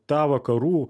tą vakarų